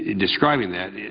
describing that,